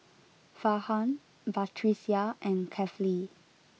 Farhan Batrisya and Kefli